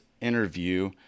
interview